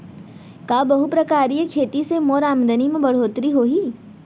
का बहुप्रकारिय खेती से मोर आमदनी म बढ़होत्तरी होही?